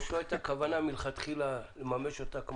או שלא היתה כוונה מלכתחילה לממש את זה.